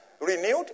renewed